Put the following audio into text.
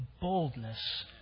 boldness